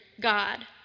God